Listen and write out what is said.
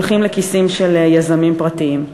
הולכים לכיסים של יזמים פרטיים.